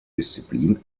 disziplin